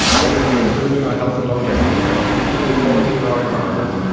whether through improving our health and longevity, lifting the quality of our environment,